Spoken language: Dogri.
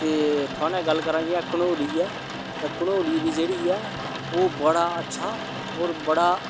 ते थुआढ़े नै गल्ल करांऽ जि'यां कंडोली ऐ ते कंडोली बी जेह्ड़ी ऐ ओह् बड़ा अच्छा होर बड़ा